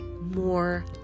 more